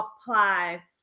apply